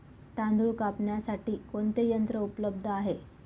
तांदूळ कापण्यासाठी कोणते यंत्र उपलब्ध आहे?